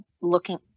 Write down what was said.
looking